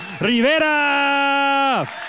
Rivera